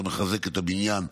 אתה מחזק את הבניין.